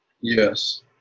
Yes